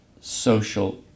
social